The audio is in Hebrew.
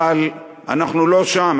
אבל אנחנו לא שם.